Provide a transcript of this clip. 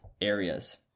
areas